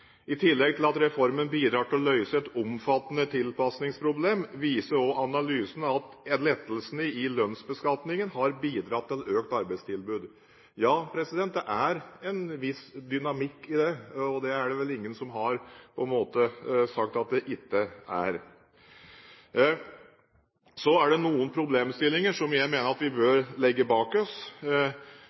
I tillegg til at reformen bidrar til å løse et omfattende tilpasningsproblem, viser også analysene at lettelsene i lønnsbeskatningen har bidratt til økt arbeidstilbud. Ja, det er en viss dynamikk i det, det er det vel ingen som har sagt at det ikke er. Så er det noen problemstillinger som jeg mener at vi bør legge bak oss.